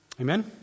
amen